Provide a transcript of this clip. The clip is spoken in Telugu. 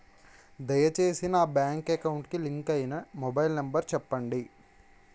దయచేసి నా బ్యాంక్ అకౌంట్ కి లింక్ అయినా మొబైల్ నంబర్ చెప్పండి